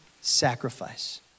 sacrifice